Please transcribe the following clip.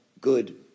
good